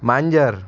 मांजर